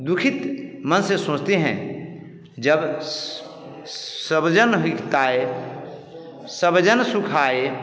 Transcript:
दुखी मन से सोचते हैं जब सब जन हिताय सब जन सुखाय